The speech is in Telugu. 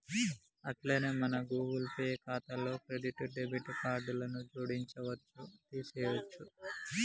అట్లనే మన గూగుల్ పే ఖాతాలో క్రెడిట్ డెబిట్ కార్డులను జోడించవచ్చు తీసేయొచ్చు